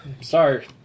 Sorry